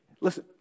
Listen